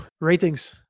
ratings